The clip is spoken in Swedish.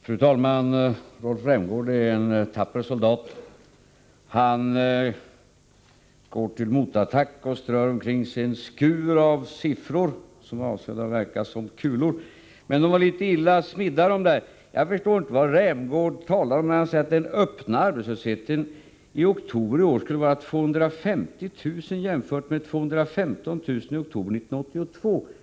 Fru talman! Rolf Rämgård är en tapper soldat. Han går till motattack och strör omkring sig en skur av siffror avsedda att verka som kulor. Men de var litet illa smidda. Jag förstår inte vad Rolf Rämgård talar om. Han säger nämligen att den öppna arbetslösheten i oktober i år omfattade 250 000 personer. Motsvarande siffra i oktober 1982 var 215 000 personer.